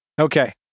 Okay